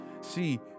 See